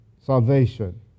salvation